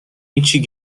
هیچی